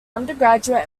undergraduate